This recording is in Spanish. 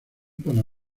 para